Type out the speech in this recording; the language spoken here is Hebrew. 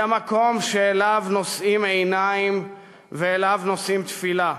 היא המקום שאליו נושאים עיניים ואליו נושאים תפילה.